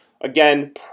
Again